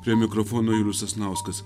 prie mikrofono julius sasnauskas